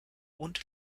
und